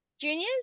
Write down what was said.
juniors